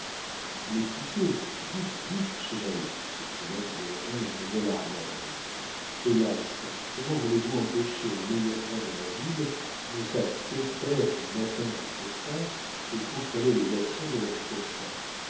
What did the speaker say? dites dites chesnel s'écria douloureusement mademoiselle armande hélas comment voulez-vous empêcher les meilleures gens de la ville qui ne savent que faire du matin jusqu'au soir de contrôler les actions de leur prochain